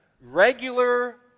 regular